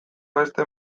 beste